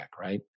Right